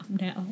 now